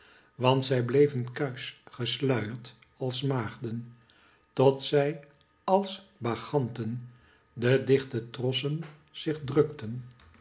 want zij bleven kuisch gesluierd als maagden tot zij als bacchanten de dichte trossen zich drukten